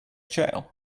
jail